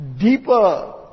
deeper